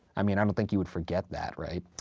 i mean, i don't think you would forget that, right?